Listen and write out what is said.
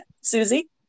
Susie